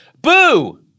boo